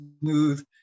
smooth